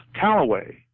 Callaway